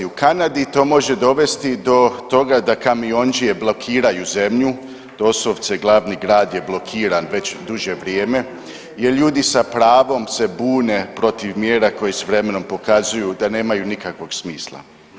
U Kanadi to može dovesti do toga da kamiondžije blokiraju zemlju, doslovce glavni grad je blokiran već duže vrijeme jer ljudi sa pravom se bune protiv mjera koje se s vremenom pokazuju da nemaju nikakvog smisla.